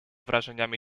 wrażeniami